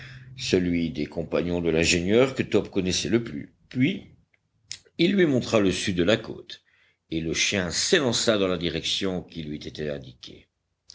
celui des compagnons de l'ingénieur que top connaissait le plus puis il lui montra le sud de la côte et le chien s'élança dans la direction qui lui était indiquée